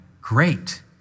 Great